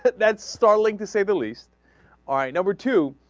that startling to say the least are a number two